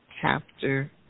chapter